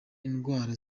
indwara